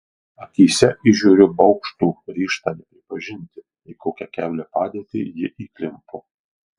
akyse įžiūriu baugštų ryžtą nepripažinti į kokią keblią padėtį ji įklimpo